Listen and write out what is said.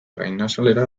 gainazalera